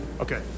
Okay